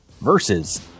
versus